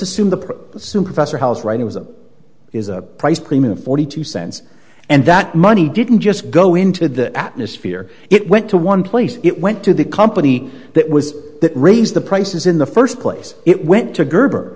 assume the assume professor hall's right it was a is a price premium of forty two cents and that money didn't just go into the atmosphere it went to one place it went to the company that was that raised the prices in the first place it went to gerber